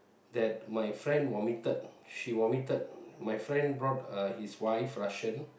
that my friend vomited she vomited my friend brought uh his wife Russian